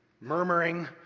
murmuring